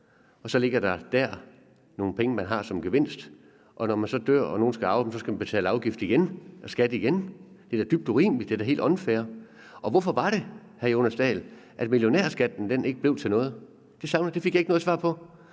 og så ligger der dér nogle penge, man har som gevinst, og når man så dør og nogle skal arve dem, skal der betales afgift og skat igen. Det er da dybt urimeligt. Det er da helt unfair. Og jeg spørger hr. Jonas Dahl: Hvorfor var det, at millionærskatten ikke blev til noget? Det fik jeg ikke noget svar på.